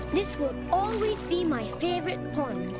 this will always be my favorite pond.